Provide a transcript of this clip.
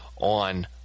on